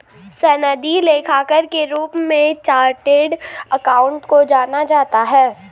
सनदी लेखाकार के रूप में चार्टेड अकाउंटेंट को जाना जाता है